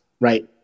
right